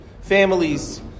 Families